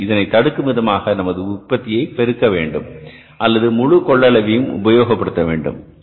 எனவே இதனை தடுக்கும் விதமாக நமது உற்பத்தியை பெருக்க வேண்டும் அல்லது முழு கொள்ளளவையும் உபயோகப்படுத்த வேண்டும்